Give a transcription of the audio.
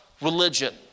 religion